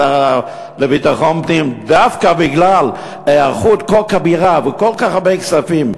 השר לביטחון הפנים: דווקא בגלל היערכות כה כבירה וכל כך הרבה כספים,